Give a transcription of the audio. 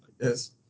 Yes